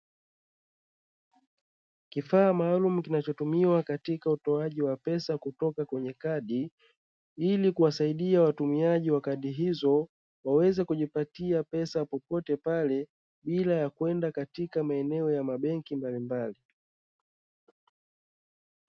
Kifaa maalumu kinachotumiwa katika utoaji wa pesa kutoka kwenye kadi ili kuwasaidia watumiaji wa kadi hizo waweze kujipatia pesa popote pale bila yakwenda katika maeneo ya mabenki mbalimbali.